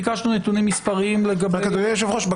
ביקשנו נתונים מספריים לגבי --- אדוני היושב-ראש,